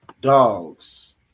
dogs